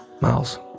Miles